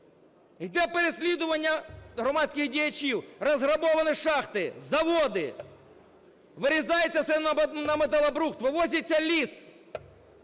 Йде переслідування громадських діячів, розграбовані шахти, заводи, вирізається все на металобрухт, вивозиться ліс,